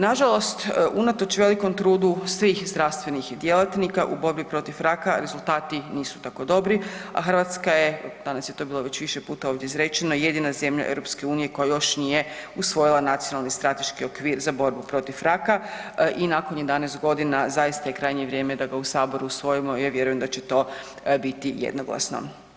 Nažalost unatoč velikom trudu svih zdravstvenih djelatnika u borbi protiv raka rezultati nisu tako dobri, a Hrvatska je danas je to bilo već više puta ovdje izrečeno, jedina zemlja EU koja još nije usvojila Nacionalni strateški okvir za borbu protiv raka i nakon 11 godina zaista je krajnje vrijeme da ga u saboru usvojimo i ja vjerujem da će to biti jednoglasno.